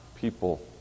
people